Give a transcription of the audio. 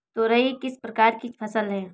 तोरई किस प्रकार की फसल है?